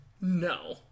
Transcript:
No